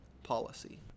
policy